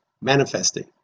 manifesting